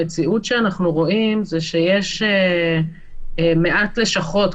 המציאות שאנו רואים היא שיש מעט לשכות.